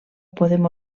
podem